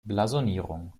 blasonierung